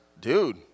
dude